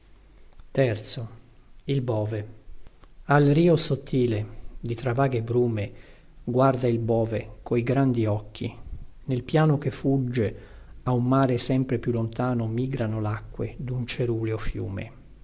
ripete io ti vedo al rio sottile di tra vaghe brume guarda il bove coi grandi occhi nel piano che fugge a un mare sempre più lontano migrano lacque dun ceruleo fiume